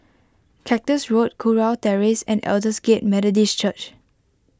Cactus Road Kurau Terrace and Aldersgate Methodist Church